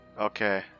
Okay